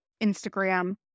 Instagram